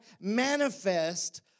manifest